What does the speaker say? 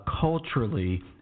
culturally